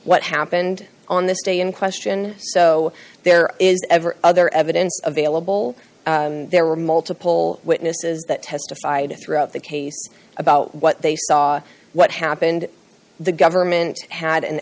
what happened on this day in question so there is every other evidence available there were multiple witnesses that testified throughout the case about what they saw what happened the government had an